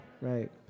right